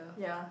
ya